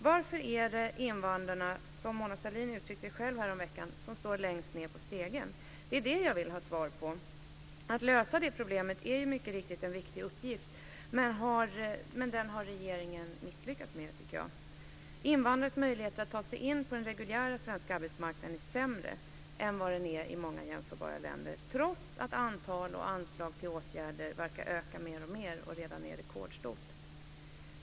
Varför är det invandrarna, som Mona Sahlin uttryckte det själv häromveckan, som står längst ned på stegen? Det är det jag vill ha svar på. Att lösa det problemet är mycket riktigt en viktig uppgift. Men den har regeringen misslyckats med, tycker jag. Invandrares möjligheter att ta sig in på den reguljära svenska arbetsmarknaden är sämre än i många jämförbara länder, trots att antal och anslag till åtgärder verkar öka mer och mer och redan är rekordstora.